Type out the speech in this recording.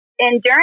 endurance